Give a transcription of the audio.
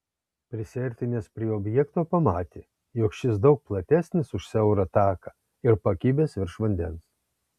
prisiartinęs prie objekto pamatė jog šis daug platesnis už siaurą taką ir pakibęs virš vandens